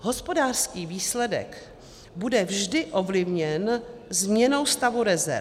Hospodářský výsledek bude vždy ovlivněn změnou stavu rezerv.